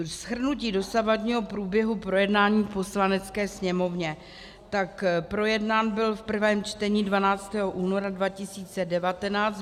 Shrnutí dosavadního průběhu projednání v Poslanecké sněmovně: Projednán byl v prvém čtení 12. února 2019.